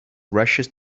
rushes